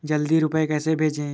जल्दी रूपए कैसे भेजें?